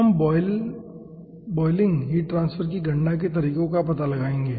हम flow boiling heat transfer की गणना के तरीकों का पता लगाएंगे